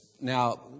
now